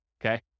Okay